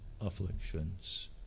afflictions